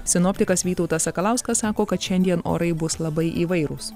sinoptikas vytautas sakalauskas sako kad šiandien orai bus labai įvairūs